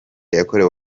yakorewe